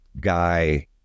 guy